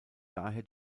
daher